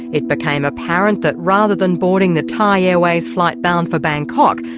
it became apparent that rather than boarding the thai airways flight bound for bangkok,